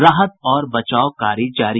राहत और बचाव कार्य जारी